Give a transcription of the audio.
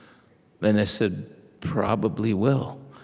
and i said, probably will.